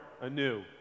anew